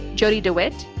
jody dewitt,